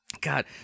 God